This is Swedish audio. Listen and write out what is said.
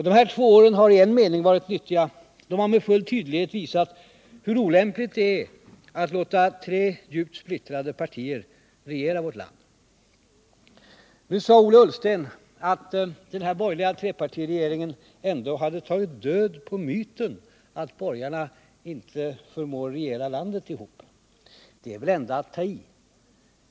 De här två åren har i en mening varit nyttiga: De har med full tydlighet visat hur olämpligt det är att låta tre ; djupt splittrade partier regera vårt land. Nu sade Ola Ullsten att den borgerliga trepartiregeringen hade tagit död på myten att borgarna inte förmår regera landet. Det är väl ändå att ta i!